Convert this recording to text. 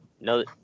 No